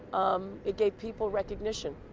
um it gave people recognition,